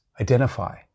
identify